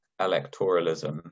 electoralism